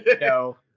no